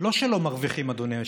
לא שלא מרוויחים, אדוני היושב-ראש,